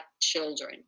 children